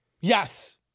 Yes